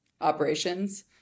operations